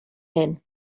hyn